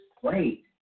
Great